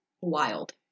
Wild